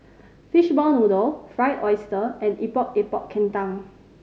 fishball noodle Fried Oyster and Epok Epok Kentang